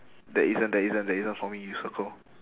there isn't there isn't there isn't for me you circle